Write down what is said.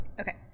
Okay